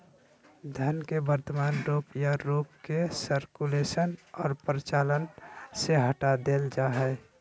धन के वर्तमान रूप या रूप के सर्कुलेशन और प्रचलन से हटा देल जा हइ